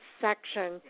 section